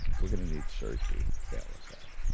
we're going to need surgery to bail us out.